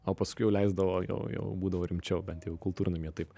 o paskui jau leisdavo jau jau būdavo rimčiau bent jau kultūrnamyje taip